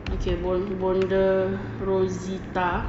okay jer bonda rozita